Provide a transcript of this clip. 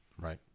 Right